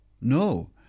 No